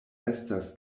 estas